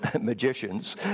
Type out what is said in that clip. magicians